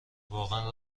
واقعا